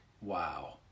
wow